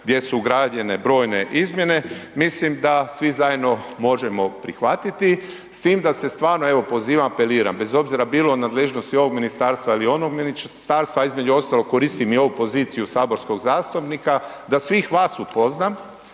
gdje su ugrađene brojne izmjene mislim da svi zajedno možemo prihvatiti. S tim da se stvarno, evo pozivam, apeliram, bez obzira bilo u nadležnosti ovog ministarstva ili onog ministarstva a između ostalog koristim i ovu poziciju saborskog zastupnika da svih vas upoznam,